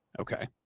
Okay